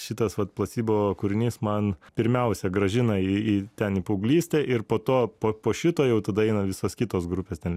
šitas vat placebo kūrinys man pirmiausia grąžina į į ten į paauglystę ir po to po po šito jau tada eina visos kitos grupės ten